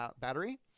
battery